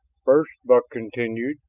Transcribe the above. first, buck continued,